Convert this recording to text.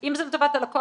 אם זה לטובת הלקוח,